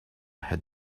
had